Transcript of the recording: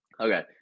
Okay